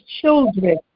children